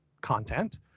content